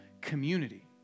community